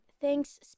thanks